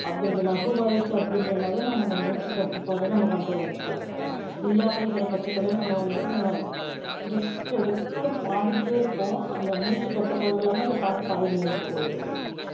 அப்படி அந்த இலகுவாகிருச்சு அப்படினு சொன்னாவே நம்ம அந்த மூச்சுக்கட்டுப்பாடை நம்ம கண்ட்ரோல்ல வச்சுக்கலாம் இல்லை அப்படிங்குற பட்சத்தில் நம்ம வந்துட்டு நம்ம ரிஸ்க் எடுத்து பாடிகிட்டே இருப்போம் அந்த மூச்சுக்கட்டுப்பாடு இல்லாமல் அந்த பாட்டு பாதியில நின்று போயிடும்